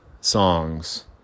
songs